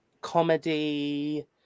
comedy